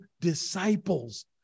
disciples